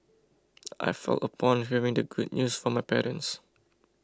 I felt upon hearing the good news from my parents